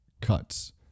cuts